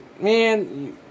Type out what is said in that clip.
...man